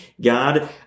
God